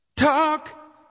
Talk